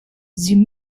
sie